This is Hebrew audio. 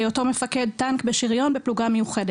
בהיותו מפקד טנק בשריון בפלוגה מיוחדת.